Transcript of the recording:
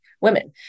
women